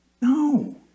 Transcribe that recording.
No